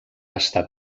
estar